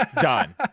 Done